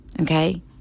okay